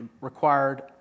required